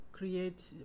create